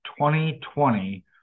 2020